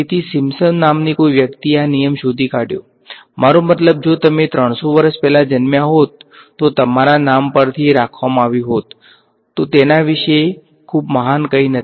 તેથી સિમ્પસન નામની કોઈ વ્યક્તિએ આ નિયમ શોધી કાઢ્યો મારો મતલબ જો તમે 300 વર્ષ પહેલાં જન્મ્યા હોત તો તમારા નામ પરથી રાખવામાં આવ્યુ હોત તે તેના વિશે ખૂબ મહાન કંઈ નથી